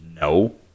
No